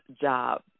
job